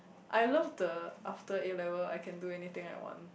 I love the after A-level I can do anything I want